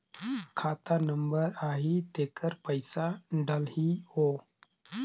खाता नंबर आही तेकर पइसा डलहीओ?